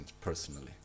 personally